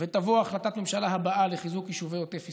ותבוא החלטת הממשלה הבאה לחיזוק יישובי עוטף ישראל,